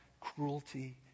cruelty